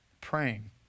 praying